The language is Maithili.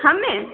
हमे